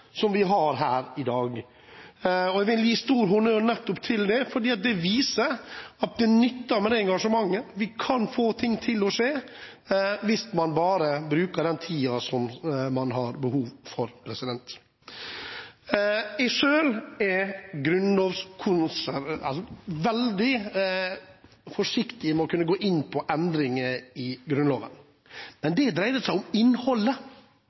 Jeg vil gi stor honnør nettopp for det, fordi det viser at det nytter med engasjement. Man kan få ting til å skje hvis man bare bruker den tiden som man har behov for. Selv er jeg veldig forsiktig med å gå inn og endre i Grunnloven, men det dreier seg om innholdet.